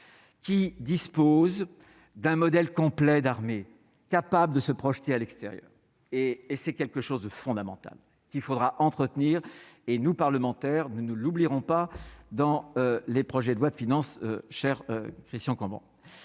qui dispose d'un modèle complet d'armée capable de se projeter à l'extérieur et et c'est quelque chose de fondamental qu'il faudra entretenir et nous parlementaires nous ne l'oublierons pas dans les projets de loi de finances cher Christian Cambon,